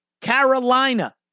Carolina